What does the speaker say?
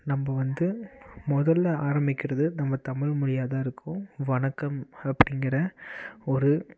நம்ம வந்து முதல்ல ஆரம்பிக்கிறது நம்ம தமிழ் மொழியாக தான் இருக்கும் வணக்கம் அப்டிங்கிற ஒரு